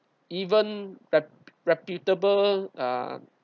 even the reputable uh